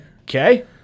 okay